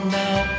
now